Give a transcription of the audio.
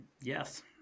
Yes